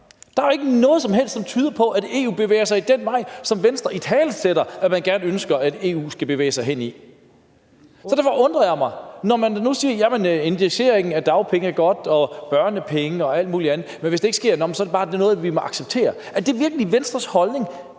Der er jo ikke noget som helst, som tyder på, at EU bevæger sig ad den vej, som Venstre italesætter at man gerne ønsker at EU skal bevæge sig hen ad. Så derfor undrer jeg mig, når man nu siger, at indekseringen af dagpenge og børnepenge og alt muligt andet er godt, men at det, hvis det ikke sker, så bare er noget, vi må acceptere. Er det virkelig Venstres holdning,